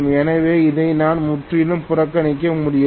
எனவே இதை நான் முற்றிலும் புறக்கணிக்க முடியாது